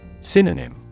Synonym